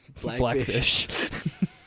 Blackfish